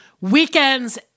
weekends